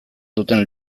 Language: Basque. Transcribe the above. duten